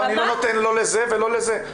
אני לא נותן לא לזה ולא לזה.